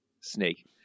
Snake